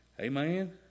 Amen